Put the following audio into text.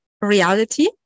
reality